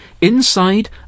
inside